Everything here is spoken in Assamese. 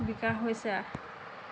বিকাশ হৈছে আৰু